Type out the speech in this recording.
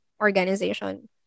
organization